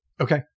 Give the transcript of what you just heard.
Okay